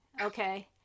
okay